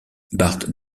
bart